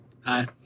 Hi